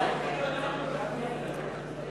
על-ידי בעל תפקיד ציבורי),